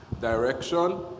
direction